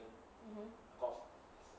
(uh huh)